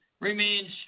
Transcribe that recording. remains